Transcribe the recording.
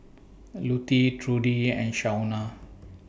Lutie Trudi and Shaunna